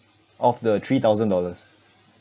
of the three thousand dollars